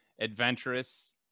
Adventurous